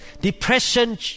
Depression